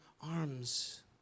arms